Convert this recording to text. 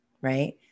Right